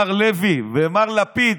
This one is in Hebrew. מר לוי ומר לפיד,